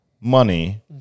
money